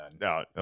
No